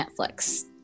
Netflix